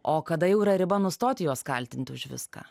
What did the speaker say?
o kada jau yra riba nustoti juos kaltinti už viską